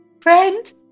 friend